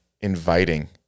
inviting